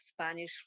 Spanish